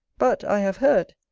but, i have heard,